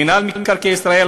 מינהל מקרקעי ישראל,